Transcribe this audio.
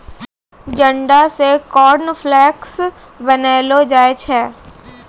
जंडा से कॉर्नफ्लेक्स बनैलो जाय छै